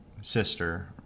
sister